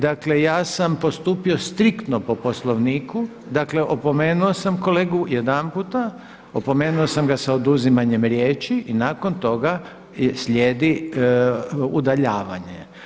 Dakle ja sam postupio striktno po Poslovniku, dakle opomeno sam kolegu jedanputa, opomenuo sam ga sa oduzimanjem riječi i nakon toga slijedi udaljavanje.